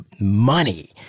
money